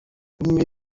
bumwe